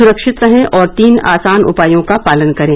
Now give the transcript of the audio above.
सुरक्षित रहें और तीन आसान उपायों का पालन करें